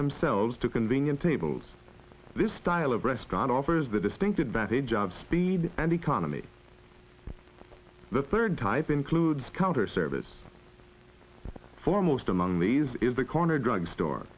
themselves to convenient tables this style of restaurant offers the distinct advantage of speed and economy the third type includes counter service foremost among these is the corner drugstore